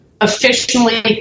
officially